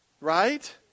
Right